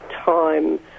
time